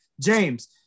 James